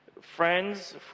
friends